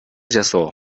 жасоо